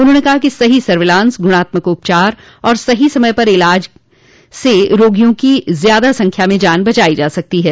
उन्होंने कहा कि सही सर्विलांस गुणात्मक उपचार और सही समय पर इलाज से रोगियों की ज्यादा संख्या में जान बचाई जा सकती हैं